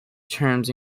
terms